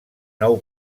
nou